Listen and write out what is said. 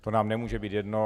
To nám nemůže být jedno.